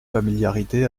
familiarité